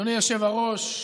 אדוני היושב-ראש,